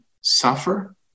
suffer